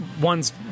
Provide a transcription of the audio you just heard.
One's